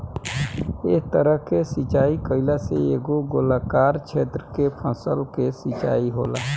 एह तरह के सिचाई कईला से एगो गोलाकार क्षेत्र के फसल के सिंचाई होला